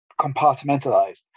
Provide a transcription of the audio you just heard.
compartmentalized